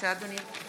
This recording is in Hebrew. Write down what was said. מצביע גילה גמליאל,